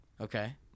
Okay